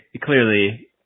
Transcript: clearly